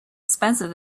expensive